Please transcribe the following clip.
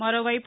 మరోవైపు